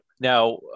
Now